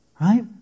Right